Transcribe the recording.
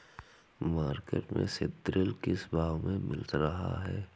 Market में seed drill किस भाव में मिल रहा है?